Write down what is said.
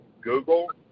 Google